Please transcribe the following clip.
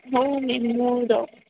ନାଇଁ ମ୍ୟାମ୍ ମୁଁ